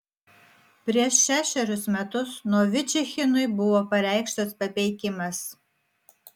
prieš šešerius metus novičichinui buvo pareikštas papeikimas